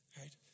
right